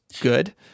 good